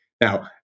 Now